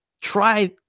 Try